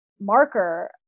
marker